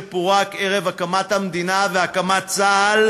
שפורק ערב הקמת המדינה והקמת צה"ל,